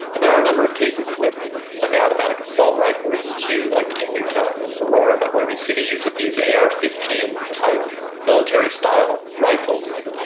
and there are a number of cases with semiautomatic assault rifles too, like in newtown and and aurora where we see the use of these ar fifteen type military style rifles.